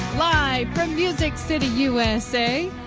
live from music city, usa.